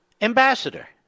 Ambassador